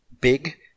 Big